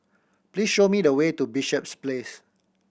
please show me the way to Bishops Place